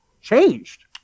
changed